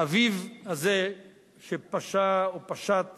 האביב הזה שפשה או פשט